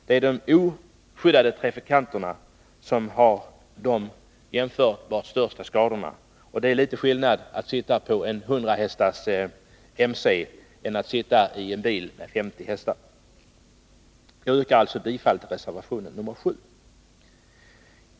Det är de oskyddade trafikanterna som har de största skadorna, och det är litet skillnad att sitta på en 100 hästars MC och att sitta i en bil med 50 hästar. Jag yrkar alltså bifall till reservation nr 7.